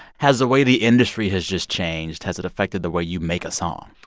has the way the industry has just changed, has it affected the way you make a song?